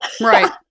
Right